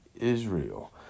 Israel